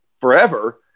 forever